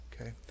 okay